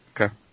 Okay